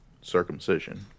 circumcision